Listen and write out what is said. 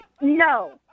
No